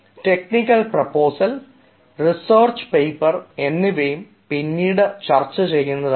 technical proposal research paper എന്നിവയും പിന്നീട് ചർച്ച ചെയ്യുന്നതാണ്